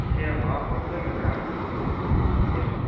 एवं वा बहु सम्यक् रागः सः एवम्